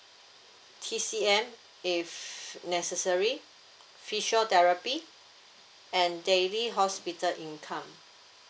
T_C_M if necessary physiotherapy and daily hospital income